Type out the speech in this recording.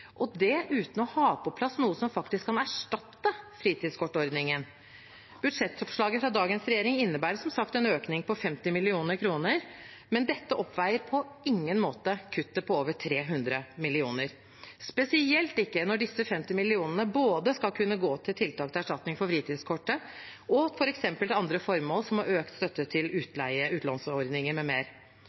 og det uten å ha på plass noe som faktisk kan erstatte fritidskortordningen. Budsjettforslaget fra dagens regjering innebærer som sagt en økning på 50 mill. kr, men dette oppveier på ingen måte kuttet på over 300 mill. kr – spesielt ikke når disse 50 mill. kr skal kunne gå både til tiltak til erstatning for fritidskortet og f.eks. til andre formål som økt støtte til utlånsordninger